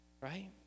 right